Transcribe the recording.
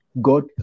God